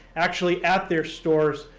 actually at their stores,